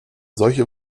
solche